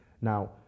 Now